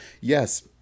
yes